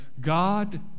God